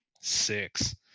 six